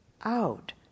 out